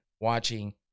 watching